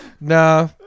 Nah